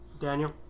Daniel